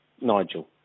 Nigel